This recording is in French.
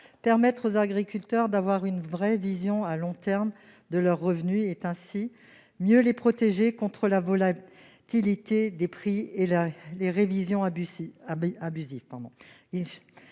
Permettre aux agriculteurs d'avoir une véritable vision à long terme de leurs revenus, c'est mieux les protéger contre la volatilité des prix et les révisions abusives.